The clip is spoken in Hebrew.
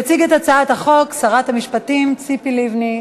תציג את הצעת החוק שרת המשפטים ציפי לבני.